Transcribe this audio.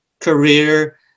career